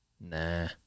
Nah